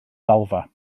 ddalfa